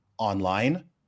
Online